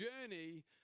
journey